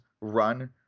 run